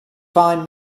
find